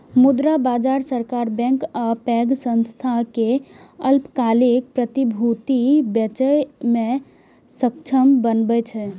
मुद्रा बाजार सरकार, बैंक आ पैघ संस्थान कें अल्पकालिक प्रतिभूति बेचय मे सक्षम बनबै छै